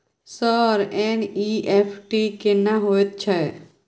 Sir NEFT केना होयत छै?